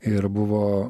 ir buvo